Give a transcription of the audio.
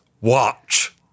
watch